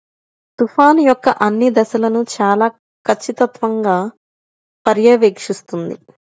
తుఫాను యొక్క అన్ని దశలను చాలా ఖచ్చితత్వంతో పర్యవేక్షిస్తుంది